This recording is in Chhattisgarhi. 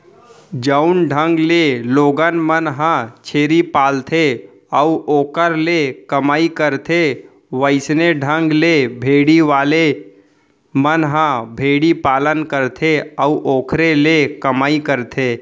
जउन ढंग ले लोगन मन ह छेरी पालथे अउ ओखर ले कमई करथे वइसने ढंग ले भेड़ी वाले मन ह भेड़ी पालन करथे अउ ओखरे ले कमई करथे